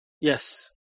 Yes